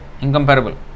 incomparable